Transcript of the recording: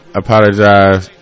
apologize